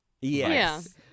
Yes